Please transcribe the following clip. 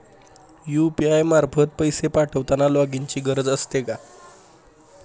UPI मार्फत पैसे पाठवताना लॉगइनची गरज असते का?